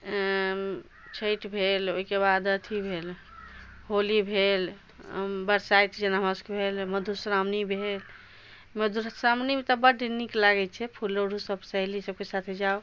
छठि भेल ओहिके बाद अथी भेल होली भेल बरसाइत जेना हमरासबके भेल मधुश्रावणी भेल मधुश्रावणी मे तऽ बड नीक लागै छै फूल लोढ़ू सब सहेली सबके साथे जाउ